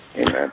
Amen